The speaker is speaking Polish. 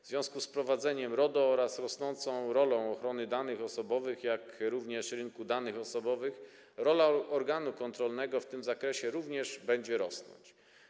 W związku z wprowadzeniem RODO oraz rosnącą rolą ochrony danych osobowych, jak również rynku danych osobowych, rola organu kontrolnego w tym zakresie również będzie rosnąć.